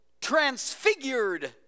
transfigured